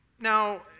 Now